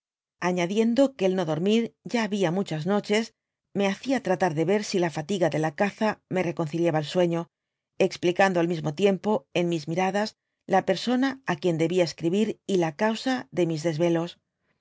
añadiendo que el no dormir ya habia muchas noches me hacia tratar de ver si la tiga de a caza me reoonciliaba el sueño explicando al mismq tiempo en mis miradas la persona á quien debia escribir y la causa de mis desrelos